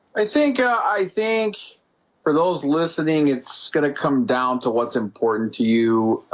i think i think for those listening it's gonna come down to what's important to you